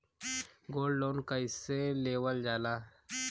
Gold loan कईसे लेवल जा ला?